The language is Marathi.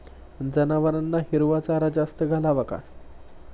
जनावरांना हिरवा चारा जास्त घालावा का?